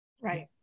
Right